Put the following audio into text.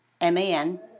M-A-N